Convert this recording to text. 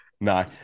No